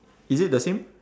is it the same